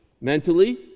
mentally